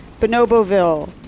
Bonoboville